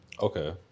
okay